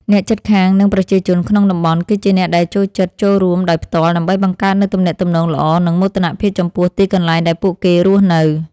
អ្នកជិតខាង និងប្រជាជនក្នុងតំបន់ គឺជាអ្នកដែលចូលចិត្តចូលរួមដោយផ្ទាល់ ដើម្បីបង្កើតនូវទំនាក់ទំនងល្អ និងមោទនភាពចំពោះទីកន្លែងដែលពួកគេរស់នៅ។